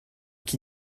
qui